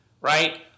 right